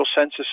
census